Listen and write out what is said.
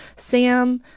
sam,